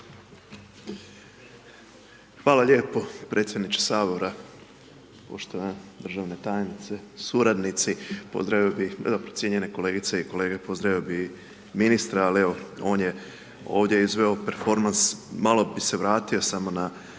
Hvala lijepo, predsjedniče sabora, poštovana državna tajnice, suradnici, pozdravio bih ma dobro cjenjene kolegice i kolege pozdravio bi ministra, al evo on je ovdje izveo perfomans. Malo bi se vratio samo na